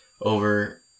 over